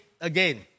again